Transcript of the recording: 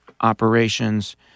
operations